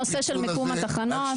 הנושא של מיקום התחנות.